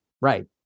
Right